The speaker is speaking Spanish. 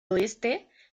oeste